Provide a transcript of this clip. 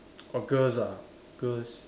orh girls ah girls